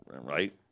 Right